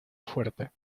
fuerte